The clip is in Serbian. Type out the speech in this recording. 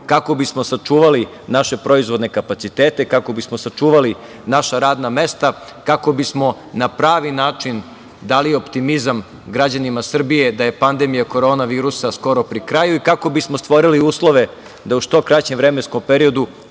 kako bismo sačuvali naše proizvodne kapaciteta, kako bismo sačuvali naša radna mesta, kako bismo na pravi način dali optimizam građanima Srbije da je pandemija korona virusa skoro pri kraju i kako bismo stvorili uslove da u što kraćem vremenskom periodu